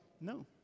No